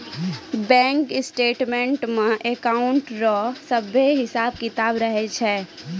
bank statements मे account रो सभे हिसाब किताब रहै छै